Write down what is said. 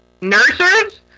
nurses